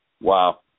Wow